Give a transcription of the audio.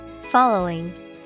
Following